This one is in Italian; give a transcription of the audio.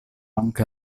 anche